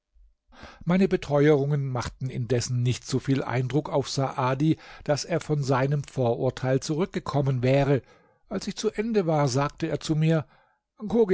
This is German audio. meine beteuerungen machten indessen nicht so viel eindruck auf saadi daß er von seinem vorurteil zurückgekommen wäre als ich zu ende war sagte er zu mir